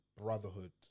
brotherhood